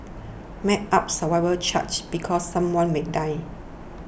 map out survival charts because someone may die